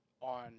on